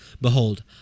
Behold